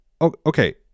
Okay